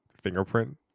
fingerprint